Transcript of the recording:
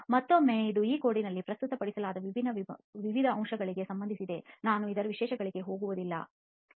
ಮತ್ತೊಮ್ಮೆ ಇದು ಈ ಕೋಡ್ನಲ್ಲಿ ಪ್ರಸ್ತುತಪಡಿಸಲಾದ ವಿವಿಧ ವಿಭಿನ್ನ ಅಂಶಗಳಿಗೆ ಸಂಬಂಧಿಸಿದೆ ನಾನು ಇದರ ವಿವರಗಳಿಗೆ ಹೋಗುತ್ತಿಲ್ಲ